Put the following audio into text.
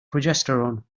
progesterone